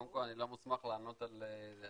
קודם כל אני לא מוסמך לענות על דרג